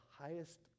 highest